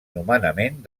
nomenament